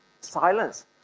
Silence